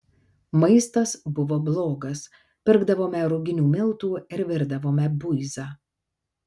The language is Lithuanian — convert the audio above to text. maistas buvo blogas pirkdavome ruginių miltų ir virdavome buizą